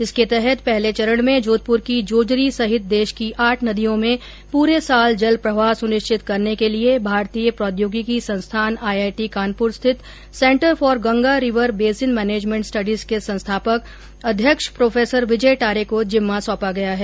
इसके तहत पहले चरण में जोधपुर की जोजरी सहित देश की आठ नदियां में पूरे साल जल प्रवाह सुनिश्चित करने के लिए भारतीय प्रौद्योगिकी संस्थान आइआइटी कानपुर स्थित centre for Ganga river basin management studies के संस्थापक अध्यक्ष प्रो विजय टारे को जिम्मा सौंपा गया है